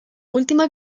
última